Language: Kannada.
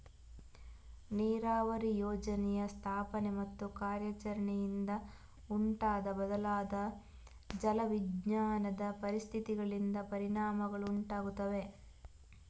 ನೀರಾವರಿ ಯೋಜನೆಯ ಸ್ಥಾಪನೆ ಮತ್ತು ಕಾರ್ಯಾಚರಣೆಯಿಂದ ಉಂಟಾದ ಬದಲಾದ ಜಲ ವಿಜ್ಞಾನದ ಪರಿಸ್ಥಿತಿಗಳಿಂದ ಪರಿಣಾಮಗಳು ಉಂಟಾಗುತ್ತವೆ